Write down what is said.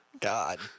God